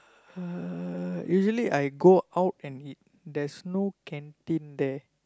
uh usually I go out and eat there's no canteen there